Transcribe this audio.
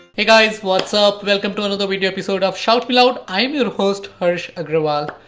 hey guys, what's up. welcome to another video episode of shoutmeloud. i'm your host harsh agrawal.